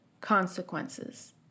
consequences